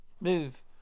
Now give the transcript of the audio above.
Move